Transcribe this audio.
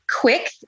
quick